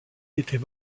était